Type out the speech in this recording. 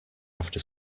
after